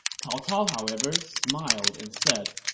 cao cao, however, smiled and said,